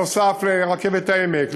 נוסף על רכבת העמק,